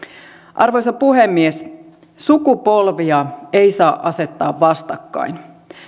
arvoisa puhemies sukupolvia ei saa asettaa vastakkain